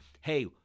hey